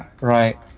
Right